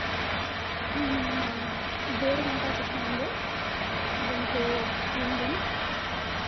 हम डेढ़ घंटा सिखाएंगे दिन को तीन दिन